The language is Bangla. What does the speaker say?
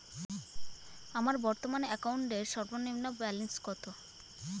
আমার বর্তমান অ্যাকাউন্টের সর্বনিম্ন ব্যালেন্স কত?